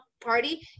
party